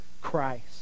Christ